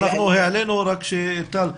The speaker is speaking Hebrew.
אנחנו העלינו טל,